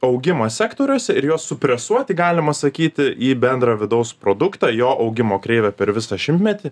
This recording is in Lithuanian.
augimą sektoriuose ir juos supresuoti galima sakyti į bendrą vidaus produktą jo augimo kreivę per visą šimtmetį